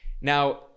Now